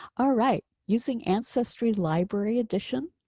alright, using ancestry library edition.